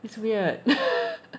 it's weird